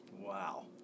Wow